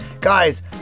Guys